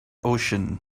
ocean